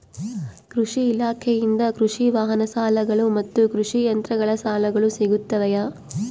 ಕೃಷಿ ಇಲಾಖೆಯಿಂದ ಕೃಷಿ ವಾಹನ ಸಾಲಗಳು ಮತ್ತು ಕೃಷಿ ಯಂತ್ರಗಳ ಸಾಲಗಳು ಸಿಗುತ್ತವೆಯೆ?